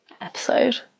episode